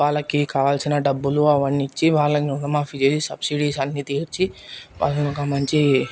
వాళ్లకి కావలసిన డబ్బులు అవన్నీ ఇచ్చి వాళ్ళ రుణమాఫీ చేసి సబ్సిడీస్ అన్ని తీసిచ్చి వాళ్లను ఒక మంచి